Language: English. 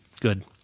good